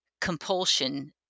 compulsion